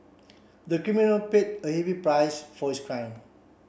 the criminal paid a heavy price for his crime